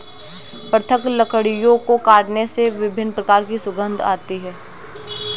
पृथक लकड़ियों को काटने से विभिन्न प्रकार की सुगंध आती है